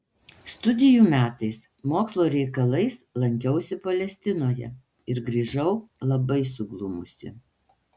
studijų metais mokslo reikalais lankiausi palestinoje ir grįžau labai suglumusi